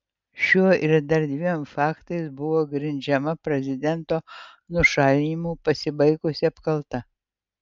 šiuo ir dar dviem faktais buvo grindžiama prezidento nušalinimu pasibaigusi apkalta